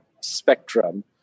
spectrum